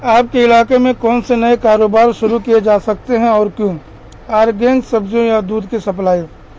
آپ کے علاقے میں کون سے نئے کاروبار شروع کیے جا سکتے ہیں اور کیوں آرگینک سبزیوں یا دودھ کی سپلائی